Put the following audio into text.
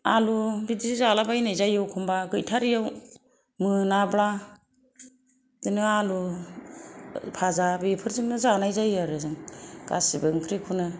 आलु बिदि जाला बायनाय जायो एखनबा गैथारैयाव मोनाब्ला बिदिनो आलु फाजा बेफोरजोंनो जानाय जायो आरो जों गासिबो ओंख्रिखौनो